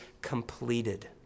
completed